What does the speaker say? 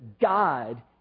God